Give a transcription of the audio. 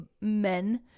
men